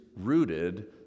rooted